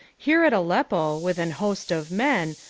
here at aleppo, with an host of men,